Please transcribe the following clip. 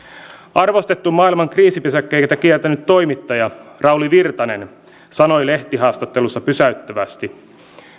arvostettu maailman kriisipesäkkeitä kiertänyt toimittaja rauli virtanen sanoi lehtihaastattelussa pysäyttävästi